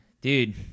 dude